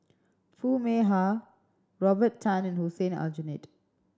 Foo Mee Har Robert Tan and Hussein Aljunied